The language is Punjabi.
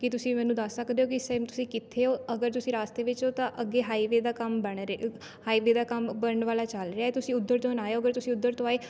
ਕੀ ਤੁਸੀਂ ਮੈਨੂੰ ਦੱਸ ਸਕਦੇ ਹੋ ਕਿ ਇਸ ਟਾਇਮ ਤੁਸੀਂ ਕਿੱਥੇ ਹੋ ਅਗਰ ਤੁਸੀਂ ਰਾਸਤੇ ਵਿੱਚ ਹੋ ਤਾਂ ਅੱਗੇ ਹਾਈਵੇ ਦਾ ਕੰਮ ਬਣ ਰੇ ਹਾਈਵੇ ਦਾ ਕੰਮ ਬਣਨ ਵਾਲਾ ਚੱਲ ਰਿਹਾ ਤੁਸੀਂ ਉੱਧਰ ਤੋਂ ਨਾ ਆਇਓ ਅਗਰ ਤੁਸੀਂ ਉੱਧਰ ਤੋਂ ਆਏ